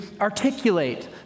articulate